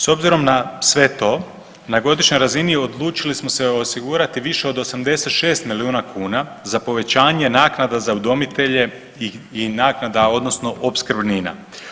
S obzirom na sve to, na godišnjoj razini odlučili smo se osigurati više od 86 milijuna kuna za povećanje naknada za udomitelje i naknada, odnosno opskrbnina.